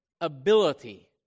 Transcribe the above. ability